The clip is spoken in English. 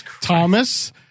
Thomas